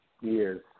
years